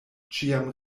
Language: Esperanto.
ĉiam